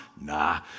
nah